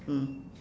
mm